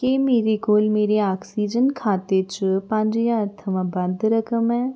क्या मेरे कोल मेरे आक्सीजन खाते च पंज ज्हार थमां बद्ध रकम ऐ